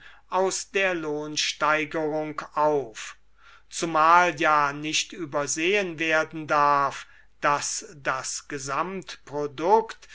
aus der lohnsteigerung auf zumal ja nicht übersehen werden darf daß das gesamtprodukt